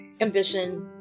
Ambition